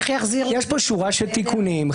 יש פה שורה של תיקונים,